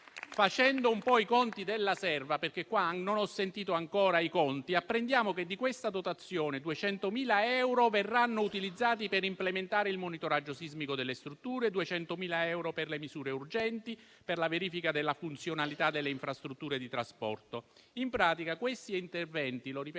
Facendo un po' i conti della serva - qui infatti non ho sentito parlare ancora di cifre - apprendiamo che, di questa dotazione, 200.000 euro verranno utilizzati per implementare il monitoraggio sismico delle strutture e 200.000 euro per le misure urgenti per la verifica della funzionalità delle infrastrutture di trasporto. In pratica questi interventi - ripeto,